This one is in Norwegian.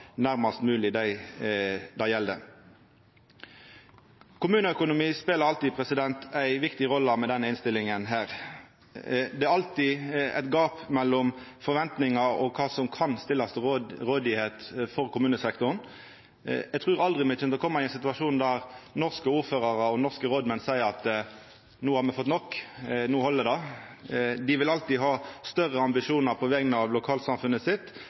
nærmast mogleg dei dei gjeld. Kommuneøkonomi speler alltid ei viktig rolle i denne innstillinga. Det er alltid eit gap mellom forventningar og kva som kan stillast til rådigheit for kommunesektoren. Eg trur aldri me kjem til å koma i ein situasjon der norske ordførarar og norske rådmenn seier at no har me fått nok, no held det. Dei vil alltid ha høgare ambisjonar på vegner av lokalsamfunnet sitt